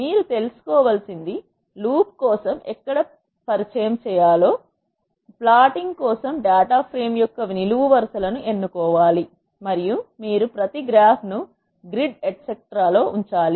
మీరు తెలుసు కోవలసినది లూప్ కోసం ఎక్కడ పరిచయం చేయాలో మీకు తెలుసా ప్లాటింగ్ కోసం డేటా ఫ్రేమ్ యొక్క నిలువు వరుస లను ఎన్నుకో వాలి మరియు మీరు ప్రతి గ్రాఫ్ను గ్రిడ్ etcetera లో ఉంచాలి